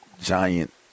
giant